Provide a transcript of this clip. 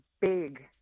big